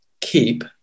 keep